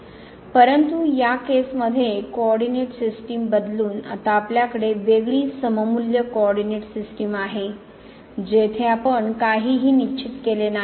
परंतु या केस मध्ये कोऑरडीनेट सिस्टीम बदलून आता आपल्याकडे वेगळी सममुल्य कोऑर्डिनेट सिस्टम आहे जिथे आपण काहीही निश्चित केले नाही